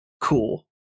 Cool